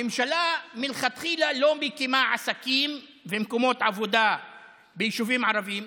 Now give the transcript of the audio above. הממשלה מלכתחילה לא מקימה עסקים ומקומות עבודה ביישובים ערביים,